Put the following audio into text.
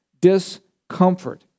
discomfort